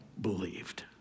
believed